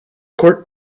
court